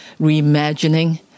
reimagining